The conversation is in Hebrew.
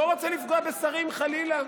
אני לא רוצה לפגוע בשרים, חלילה.